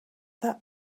that